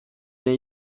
bien